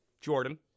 Jordan